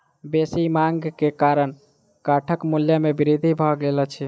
बेसी मांग के कारण काठक मूल्य में वृद्धि भ गेल अछि